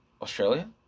Australia